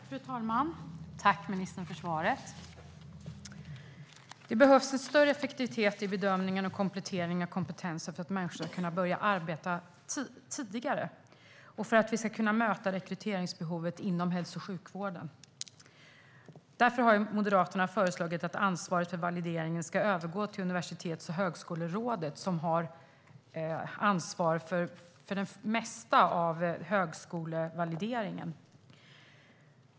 Fru talman! Tack, ministern, för svaret! Det behövs större effektivitet i bedömningen och komplettering av kompetens så att människor ska kunna börja arbeta tidigare och för att vi ska kunna möta rekryteringsbehovet inom hälso och sjukvården. Därför har Moderaterna föreslagit att ansvaret för valideringen ska övergå till Universitets och högskolerådet, som har ansvar för en stor del av högskolevalideringen.